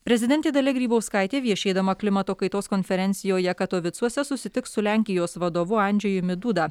prezidentė dalia grybauskaitė viešėdama klimato kaitos konferencijoje katovicuose susitiks su lenkijos vadovu andžejumi duda